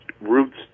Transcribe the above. roots